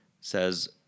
says